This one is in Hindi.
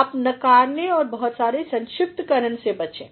आप नकारने और बहुत सारेसंक्षिप्तकरणसे बचें